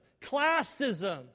classism